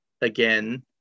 again